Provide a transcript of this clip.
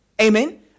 Amen